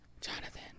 Jonathan